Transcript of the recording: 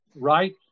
right